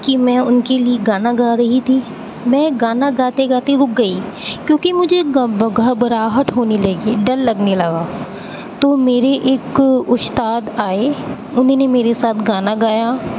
کہ میں اُن کے لیے گانا گا رہی تھی میں گانا گاتے گاتے رُک گئی کیوںکہ مجھے گھبراہٹ ہونے لگی ڈر لگنے لگا تو میرے ایک اُستاد آئے انُہوں نے میرے ساتھ گانا گایا